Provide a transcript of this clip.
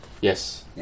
Yes